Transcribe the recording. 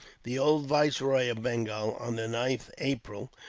the old viceroy of bengal, on the ninth april,